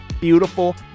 beautiful